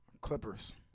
Clippers